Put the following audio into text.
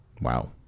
Wow